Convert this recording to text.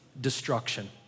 destruction